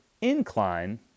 incline